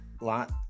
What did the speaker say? lot